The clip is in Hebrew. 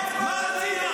מה עשית?